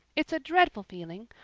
it's a dreadful feeling.